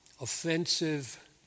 offensive